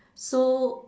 so